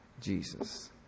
Jesus